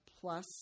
plus